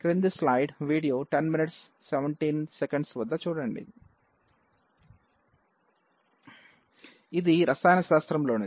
ఇది రసాయన శాస్త్రంలోనిది